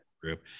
group